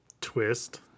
twist